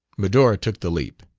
medora took the leap.